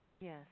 Yes